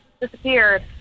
disappeared